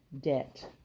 debt